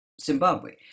Zimbabwe